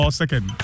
second